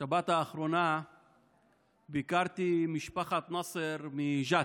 בשבת האחרונה ביקרתי את משפחת נאסר מג'ת,